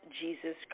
Jesus